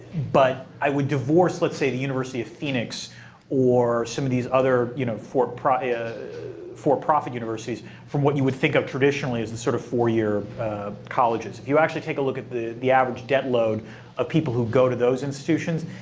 but i would divorce, let's say the university of phoenix or some of these other you know for-profit ah for-profit universities from what you would think of traditionally as the sort of four year colleges. if you actually take a look at the the average debt load of people who go to those institutions,